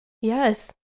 Yes